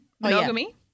monogamy